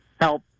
help